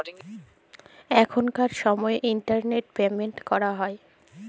এখনকার সময় internet payment করা হয়